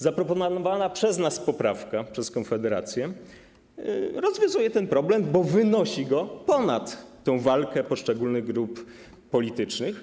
Zaproponowana przez nas, przez Konfederację, poprawka rozwiązuje ten problem, bo wynosi go ponad tę walkę poszczególnych grup politycznych.